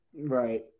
Right